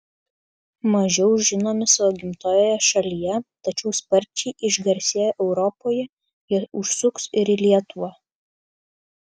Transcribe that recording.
mažiau žinomi savo gimtojoje šalyje tačiau sparčiai išgarsėję europoje jie užsuks ir į lietuvą